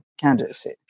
candidacy